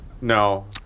No